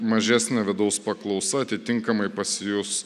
mažesnė vidaus paklausa atitinkamai pasijus